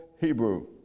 Hebrew